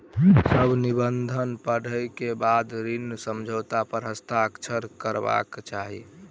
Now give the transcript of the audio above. सभ निबंधन पढ़ै के बाद ऋण समझौता पर हस्ताक्षर करबाक चाही